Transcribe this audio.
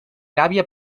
gàbia